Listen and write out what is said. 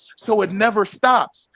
so it never stops.